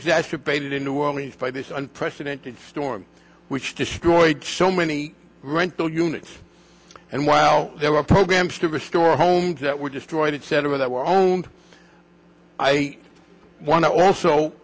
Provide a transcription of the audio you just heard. exacerbated in new orleans by this unprecedented storm which destroyed so many rental units and while there were programs to restore homes that were destroyed etc that were owned i want to also